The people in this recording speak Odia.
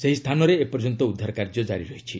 ସେହି ସ୍ଥାନରେ ଏପର୍ଯ୍ୟନ୍ତ ଉଦ୍ଧାର କାର୍ଯ୍ୟ ଜାରି ରହିଛି